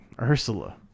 Ursula